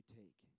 take